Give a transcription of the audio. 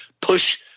push